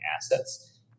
assets